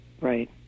Right